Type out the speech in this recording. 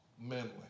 mentally